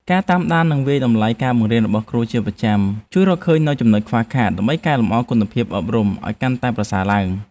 ការតាមដាននិងវាយតម្លៃការបង្រៀនរបស់គ្រូជាប្រចាំ ជួយរកឃើញនូវចំណុចខ្វះខាតដើម្បីកែលម្អគុណភាពអប់រំឱ្យកាន់តែល្អប្រសើរឡើង។